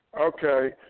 Okay